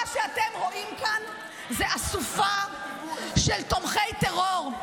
שאתם רואים כאן זו אסופה של תומכי טרור,